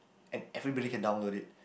and everybody can download it